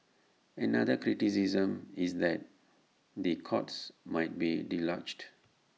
another criticism is that the courts might be deluged